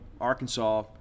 Arkansas